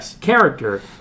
character